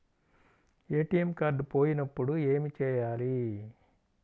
ATM card పోయినప్పుడు ఏమి చేయాలి?